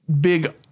big